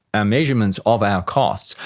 our measurements of our costs,